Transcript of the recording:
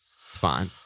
fine